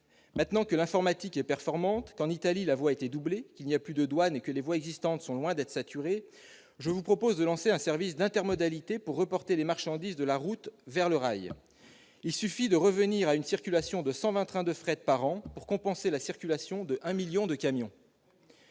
Maintenant que l'informatique est performante, qu'en Italie la voie a été doublée, qu'il n'y a plus de douane et que les voies existantes sont loin d'être saturées, je vous propose de lancer un service d'intermodalité pour reporter les marchandises de la route vers le rail. Il suffit de revenir à une circulation de 120 trains de fret par jour pour compenser la circulation d'un million de camions.